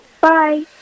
Bye